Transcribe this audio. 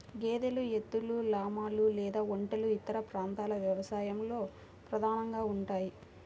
గేదెలు, ఎద్దులు, లామాలు లేదా ఒంటెలు ఇతర ప్రాంతాల వ్యవసాయంలో ప్రధానంగా ఉంటాయి